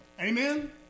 Amen